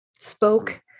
Spoke